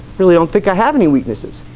really don't think i have any weaknesses